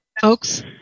folks